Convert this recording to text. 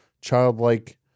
childlike